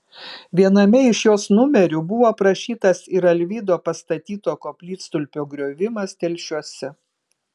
viename iš jos numerių buvo aprašytas ir alvydo pastatyto koplytstulpio griovimas telšiuose